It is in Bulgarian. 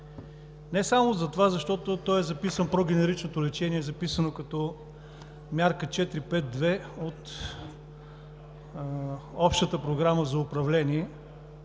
Не само защото прогенеричното лечение е записано като мярка 4.5.2. от Общата програма за управление,